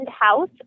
house